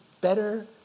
better